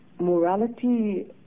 Morality